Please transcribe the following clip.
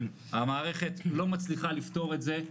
המערכת לא מצליחה לפתור את זה,